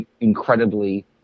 incredibly